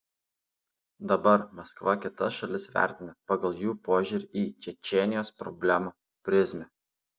dabar maskva kitas šalis vertina pagal jų požiūrio į čečėnijos problemą prizmę